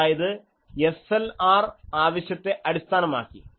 അതായത് S L R ആവശ്യത്തെ അടിസ്ഥാനമാക്കി